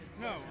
No